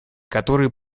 которые